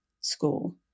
School